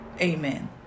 Amen